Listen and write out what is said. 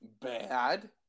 bad